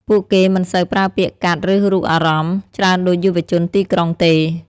ពួកគេមិនសូវប្រើពាក្យកាត់ ឬរូបអារម្មណ៍ ច្រើនដូចយុវជនទីក្រុងទេ។